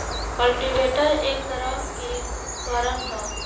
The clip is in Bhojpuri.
कल्टीवेटर एक तरह के उपकरण ह